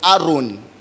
Aaron